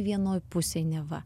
vienoj pusėj neva